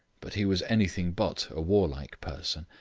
but he was anything but a warlike person.